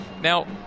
Now